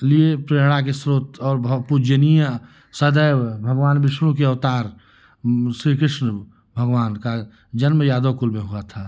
लिए प्रेरणा के स्रोत और बहुत पूजनीय सदैव भगवान विष्णु के अवतार श्रीकृष्ण भगवान का जन्म यादव कुल में हुआ था